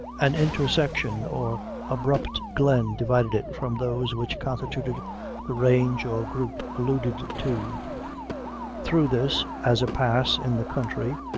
an intersection or abrupt glen divided it from those which constituted the range or group alluded to through this, as a pass in the country,